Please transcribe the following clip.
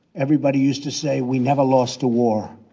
everybody used to say we never lost a war.